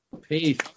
Peace